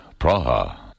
Praha